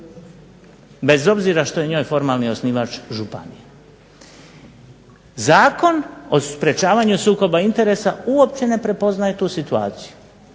bez obzira što je njoj formalni osnivač županija. Zakon o sprečavanju sukoba interesa uopće ne prepoznaje tu situaciju.